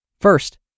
First